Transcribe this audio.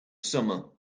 summer